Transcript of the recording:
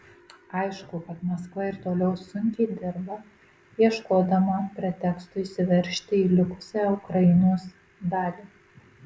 aišku kad maskva ir toliau sunkiai dirba ieškodama preteksto įsiveržti į likusią ukrainos dalį